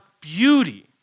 beauty